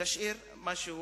תשאיר משהו